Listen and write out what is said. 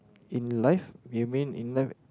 in life we mean in life